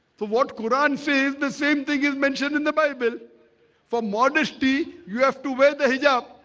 for what quran face the same thing is mentioned in the bible for modesty. you have to wear the hijab